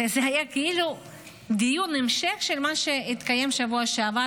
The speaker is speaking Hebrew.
זה היה כאילו דיון המשך של מה שהתקיים בשבוע שעבר,